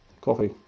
coffee